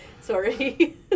sorry